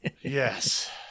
Yes